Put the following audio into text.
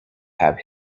have